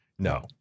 No